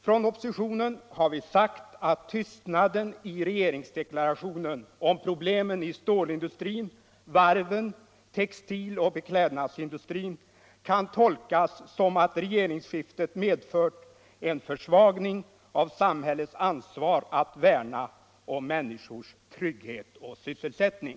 Från oppositionen har vi sagt att tystnaden i regeringsdeklarationen om problemen : stålindustrin, vid varven och inom textiloch beklädnaudsindustrin kan tolkas som att rogeringsskiftet medfört en försvagning av samhällets ansvar att värna om människors trygghet och syssclsättning.